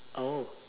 oh